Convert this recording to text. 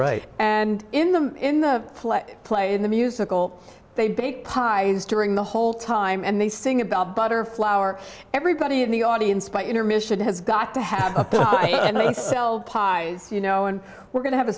right and in the in the play play in the musical they bake pies during the whole time and they sing about butter flour everybody in the audience by intermission has got to have a cell you know and we're going to have a